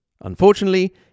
Unfortunately